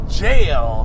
jail